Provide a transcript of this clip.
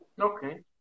Okay